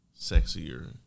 sexier